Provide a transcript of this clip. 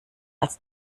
als